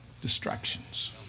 Distractions